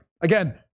Again